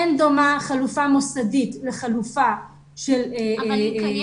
אין דומה חלופה מוסדית לחלופה ביתית.